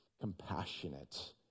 compassionate